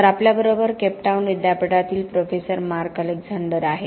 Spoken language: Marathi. तर आपल्याबरोबर केप टाऊन विद्यापीठातील प्रोफेसर मार्क अलेक्झांडर आहेत